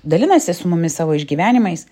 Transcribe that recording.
dalinasi su mumis savo išgyvenimais